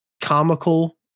comical